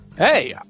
Hey